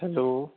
hello